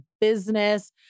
business